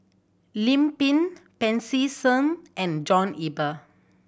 Lim Pin Pancy Seng and John Eber